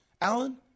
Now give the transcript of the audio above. Alan